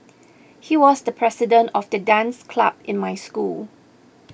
he was the president of the dance club in my school